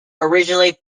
originally